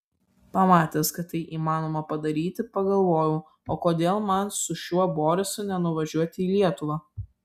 pamatęs kad tai įmanoma padaryti pagalvojau o kodėl man su šiuo borisu nenuvažiuoti į lietuvą